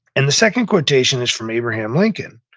and the second quotation is from abraham lincoln,